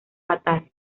fatal